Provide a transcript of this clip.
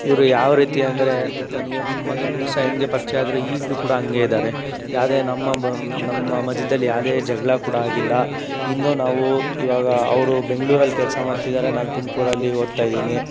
ಇವರು ಯಾವ ರೀತಿ ಅಂದರೆ ನನಗೆ ಮೊದಲ ದಿವ್ಸ ಹೆಂಗೆ ಪರಿಚಯ ಆದರೂ ಈಗಲೂ ಕೂಡ ಹಂಗೇ ಇದ್ದಾರೆ ಯಾವ್ದೇ ನಮ್ಮ ನಮ್ಮ ಮಧ್ಯದಲ್ಲಿ ಯಾವ್ದೇ ಜಗಳ ಕೂಡ ಆಗಿಲ್ಲ ಇನ್ನೂ ನಾವು ಇವಾಗ ಅವರು ಬೆಂಗ್ಳೂರಲ್ಲಿ ಕೆಲಸ ಮಾಡ್ತಿದ್ದಾರೆ ನಾನು ತುಮ್ಕೂರಲ್ಲಿ ಓದ್ತಾ ಇದ್ದೀನಿ